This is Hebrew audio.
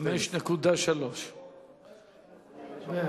זה 12%. 5.3%. פחות,